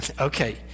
okay